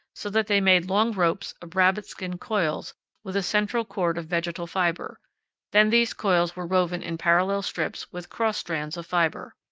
so that they made long ropes of rabbitskin coils with a central cord of vegetal fiber then these coils were woven in parallel strings with cross strands of fiber.